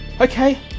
Okay